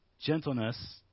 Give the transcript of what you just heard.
Gentleness